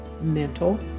mental